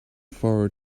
forward